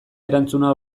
erantzuna